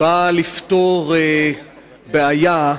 נועדה לפתור בעיה,